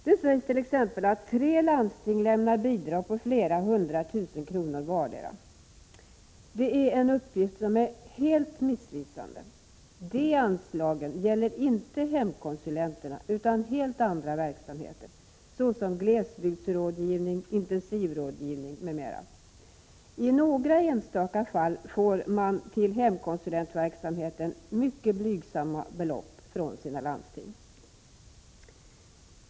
Det sägs t.ex. att tre landsting lämnar bidrag på flera hundra tusen kronor vardera. Det är en uppgift som är helt missvisande. De anslagen gäller inte hemkonsulenterna utan helt andra verksamheter såsom glesbygdsrådgivning, intensivrådgivning m.m. I några enstaka fall får hemkonsulentverksamheten mycket blygsamma belopp från sina landsting.